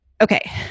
Okay